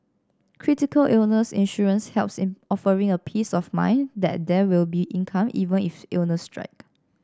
critical illness insurance helps in offering a peace of mind that there will be income even if illness strike